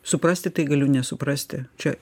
suprasti tai galiu nesuprasti čia